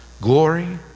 glory